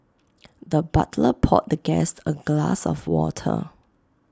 the butler poured the guest A glass of water